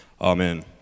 Amen